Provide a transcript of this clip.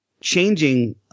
changing